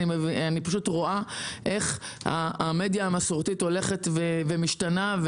אני פשוט רואה איך המדיה המסורתית הולכת ומשתנה,